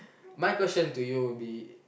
my question to you will be